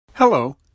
Hello